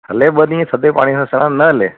हले ॿ ॾींहं थधे पाणीअ सां सनानु न हले